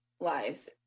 lives